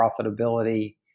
profitability